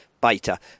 beta